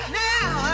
now